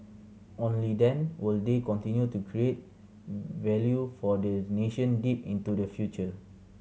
only then will they continue to create value for the nation deep into the future